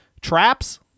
traps